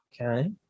okay